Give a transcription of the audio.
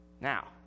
Now